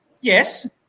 yes